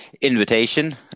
invitation